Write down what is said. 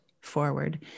forward